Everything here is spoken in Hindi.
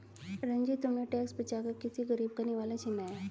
रंजित, तुमने टैक्स बचाकर किसी गरीब का निवाला छीना है